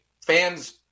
fans